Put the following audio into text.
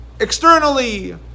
Externally